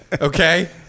okay